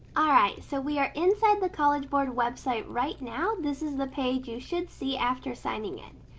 alright, so we are inside the college board website right now. this is the page you should see after signing in.